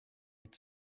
had